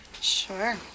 sure